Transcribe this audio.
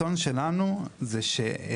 אבל הפתרונות שלהן הם טיפה שונים.